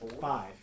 Five